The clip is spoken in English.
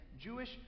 Jewish